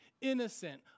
innocent